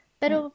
pero